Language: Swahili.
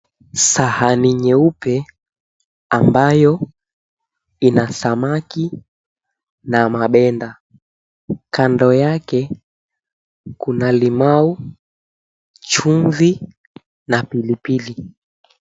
Sahani nyeupe ambayo ina samaki na mabenda kando yake kuna limau, chumvi na pilipili.